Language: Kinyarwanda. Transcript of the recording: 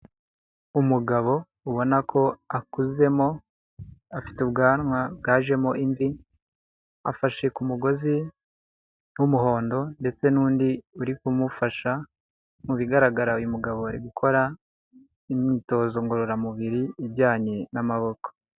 Umugabo ubona ko akuzemo, afite ubwanwa bwajemo imvi, afashe ku mugozi w'umuhondo ndetse n'undi uri kumufasha, mu bigaragara uyu mugabo ari gukora imyitozo ngororamubiri ijyanye n'amaboko.